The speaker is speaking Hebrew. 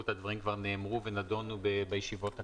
הדברים כבר נאמרו ונדונו בישיבות הקודמות.